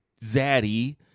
Zaddy